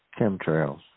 Chemtrails